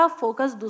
focus